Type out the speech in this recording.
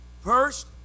First